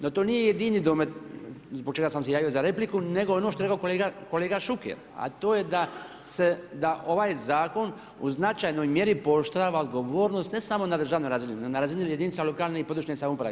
No to nije jedini domet zbog čega sam se javio za repliku, nego ono što je rekao kolega Šuker, a to je da ovaj zakon u značajnoj mjeri pooštrava odgovornost, ne samo na državnoj razini, nego na razini jedinice lokalne samouprave.